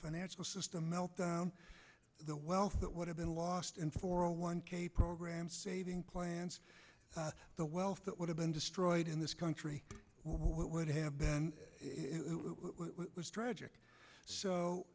financial system meltdown the wealth that would have been lost and for one k program saving plans the wealth that would have been destroyed in this country what would have been was tragic